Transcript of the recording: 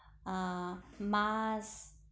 মাছ